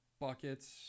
buckets